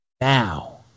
Now